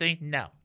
No